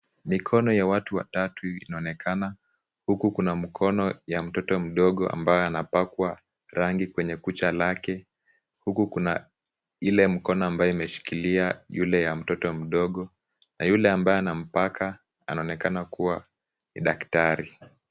Mikono ya watu watatu inonekana; huku kuna mkono ya mtoto mdogo ambaye anapakwa rangi kwenye kucha lake, huku kuna ile mkono ambaye imeshikilia yule ya mtoto mdogo na yule ambaye anampaka anaonekana kuwa ni daktari.